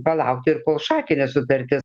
palaukti ir kol šakinė sutartis